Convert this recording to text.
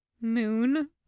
Moon